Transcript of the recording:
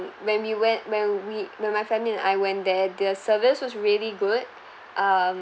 when we went when we when my family and I went there their service was really good um